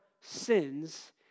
sins